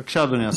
בבקשה, אדוני השר.